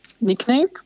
nickname